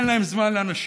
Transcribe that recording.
אין להם זמן לאנשים.